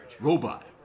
Robot